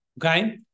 Okay